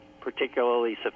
particularly